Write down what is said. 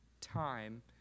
time